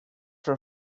for